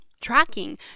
Tracking